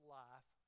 life